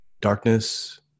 darkness